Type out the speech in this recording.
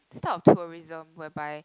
this type of tourism whereby